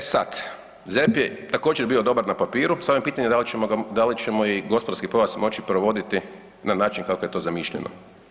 E sad, ZERP je također bio dobar na papiru samo je pitanje da li ćemo i gospodarski pojas moći provoditi na način kako je to zamišljeno.